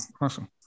Awesome